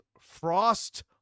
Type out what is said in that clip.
Frost